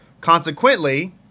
Consequently